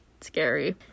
scary